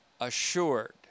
assured